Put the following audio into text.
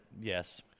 yes